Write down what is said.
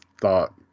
thought